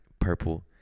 purple